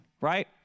right